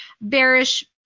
bearish